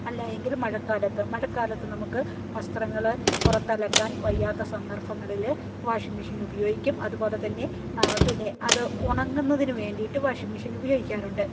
അല്ലായെങ്കിൽ മഴക്കാലത്ത് മഴക്കാലത്ത് നമുക്ക് വസ്ത്രങ്ങള് പുറത്തലക്കാൻ വയ്യാത്ത സന്ദർഭങ്ങളില് വാഷിംഗ് മെഷിൻ ഉപയോയിക്കും അതുപോലെതന്നെ പിന്നെ അത് ഉണങ്ങുന്നതിന് വേണ്ടീട്ട് വാഷിംഗ് മെഷിൻ ഉപയോഗിക്കാറുണ്ട്